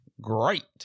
great